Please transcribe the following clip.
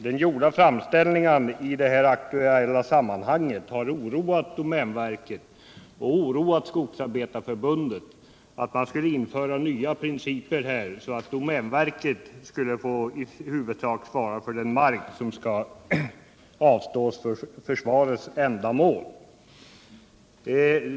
Den gjorda framställningen i det här aktuella sammanhanget har oroat domänverket och Skogsarbetareförbundet, på grund av att nya principer skulle införas som innebär att domänverket i huvudsak skall svara för mark som skall avstås för försvarsändamål.